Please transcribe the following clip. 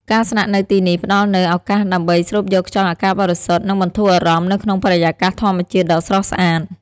ការស្នាក់នៅទីនេះផ្តល់នូវឱកាសដើម្បីស្រូបយកខ្យល់អាកាសបរិសុទ្ធ និងបន្ធូរអារម្មណ៍នៅក្នុងបរិយាកាសធម្មជាតិដ៏ស្រស់ស្អាត។